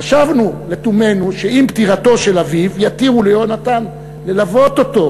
חשבנו לתומנו שעם פטירתו של אביו יתירו ליהונתן ללוות אותו,